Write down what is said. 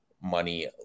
money